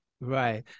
Right